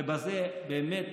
ובזה באמת